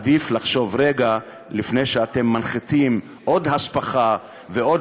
עדיף לחשוב רגע לפני שאתם מנחיתים עוד הספחה ועוד